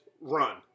run